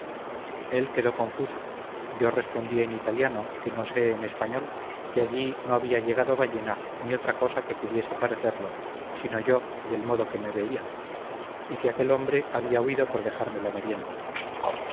él quedó confuso yo respondí en italiano que no osé en español que allí no había llegado ballena ni otra cosa que pudiese parecerlo sino yo del modo queme veían y que aquel hombre había huido por dejarme la merienda